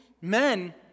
men